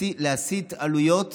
להסיט עלויות